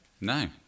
No